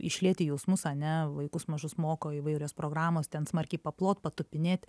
išlieti jausmus ane vaikus mažus moko įvairios programos ten smarkiai paplot patupinėt